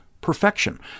perfection